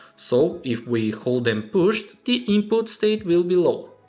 so if we hold them push the input state will be low.